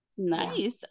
nice